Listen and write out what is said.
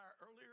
earlier